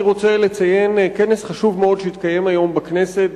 אני רוצה לציין כנס חשוב שהתקיים היום בכנסת,